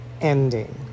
Ending